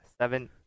Seven